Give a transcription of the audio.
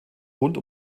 rund